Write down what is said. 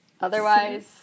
Otherwise